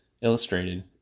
illustrated